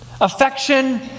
affection